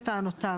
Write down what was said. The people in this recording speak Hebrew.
קורה.